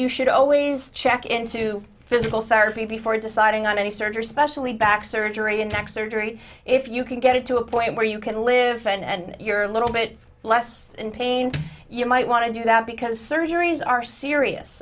you should always check into physical therapy before deciding on any surgery especially back surgery in tax or jury if you can get it to a point where you can live and you're a little bit less in pain you might want to do that because surgeries are serious